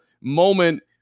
moment